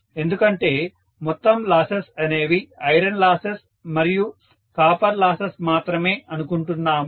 ఎందుకంటే మొత్తం లాసెస్ అనేవి ఐరన్ లాసెస్ మరియు కాపర్ లాసెస్ మాత్రమే అనుకుంటున్నాము